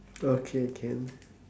okay can